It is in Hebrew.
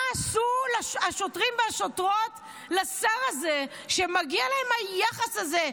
מה עשו השוטרים והשוטרות לשר הזה שמגיע להם היחס הזה?